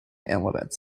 elements